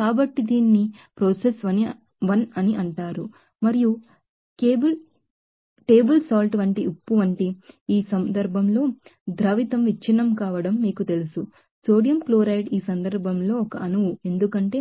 కాబట్టి దీనిని ప్రాసెస్ 1 అని అంటారు మరియు కేబుల్ సాల్ట్ వంటి ఉప్పు వంటి ఈ సందర్భంలో ద్రావితం విచ్ఛిన్నం కావడం మీకు తెలుసు సోడియం క్లోరైడ్ ఈ సందర్భంలో ఒక అణువు ఎందుకంటే